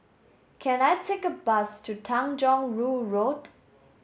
can I take a bus to Tanjong Rhu Road